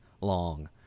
long